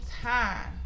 time